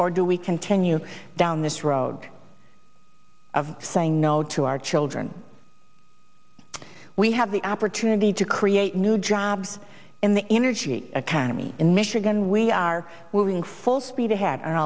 or do we continue down this road of saying no to our children we have the opportunity to create new jobs in the energy economy in michigan we are moving full speed ahead